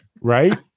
Right